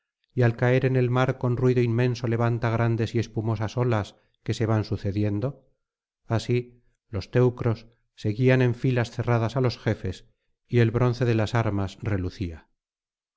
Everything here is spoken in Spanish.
y al caer en el mar con ruido inmenso levanta grandes y espumosas olas que se van sucediendo así los teucros seguían en filas cerradas á los jefes y el bronce de las armas relucía